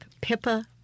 Pippa